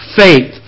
faith